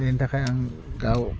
बेनि थाखाय आं गाव